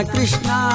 Krishna